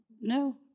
No